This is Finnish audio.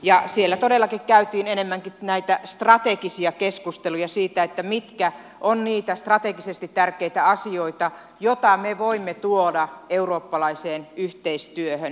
ja siellä todellakin käytiin enemmänkin näitä strategisia keskusteluja siitä mitkä ovat niitä strategisesti tärkeitä asioita joita me voimme tuoda eurooppalaiseen yhteistyöhön